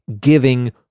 giving